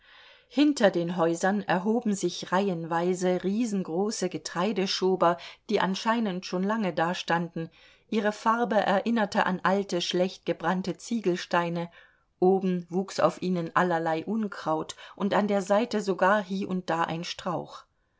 hinter den häusern erhoben sich reihenweise riesengroße getreideschober die anscheinend schon lange dastanden ihre farbe erinnerte an alte schlecht gebrannte ziegelsteine oben wuchs auf ihnen allerlei unkraut und an der seite sogar hie und da ein strauch